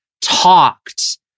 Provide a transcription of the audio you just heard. talked